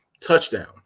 touchdown